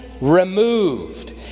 removed